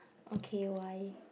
okay why